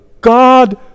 God